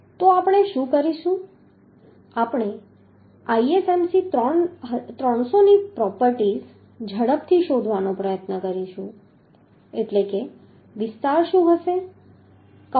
તો આપણે શું કરીશું આપણે ISMC300 ની પ્રોપર્ટીઝ ઝડપથી શોધવાનો પ્રયત્ન કરીશું એટલે કે વિસ્તાર શું હશે કહો